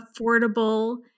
affordable